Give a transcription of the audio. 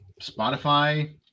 Spotify